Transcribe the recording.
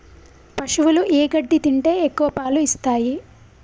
పశువులు ఏ గడ్డి తింటే ఎక్కువ పాలు ఇస్తాయి?